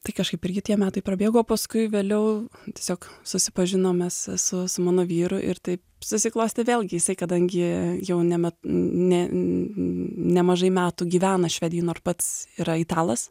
tai kažkaip irgi tie metai prabėgo paskui vėliau tiesiog susipažinom mes su su mano vyru ir taip susiklostė vėlgi jisai kadangi jau ne met nemažai metų gyvena švedijoj nor pats yra italas